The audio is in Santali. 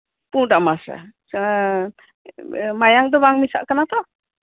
ᱯᱩᱰ ᱟᱢᱟᱥᱟ ᱮ ᱢᱟᱭᱟᱝ ᱫᱚ ᱵᱟᱝ ᱢᱮᱥᱟᱜ ᱠᱟᱱᱟ ᱛᱚ